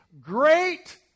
Great